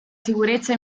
sicurezza